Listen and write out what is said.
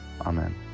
Amen